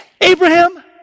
Abraham